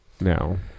No